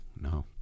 no